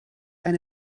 eine